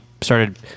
started